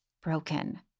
broken